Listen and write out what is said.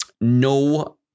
no